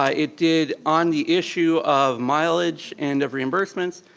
ah it did, on the issue of mileage, and of reimbursements,